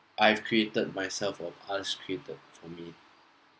I've created myself of unscripted for me